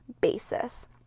basis